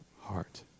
heart